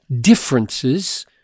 differences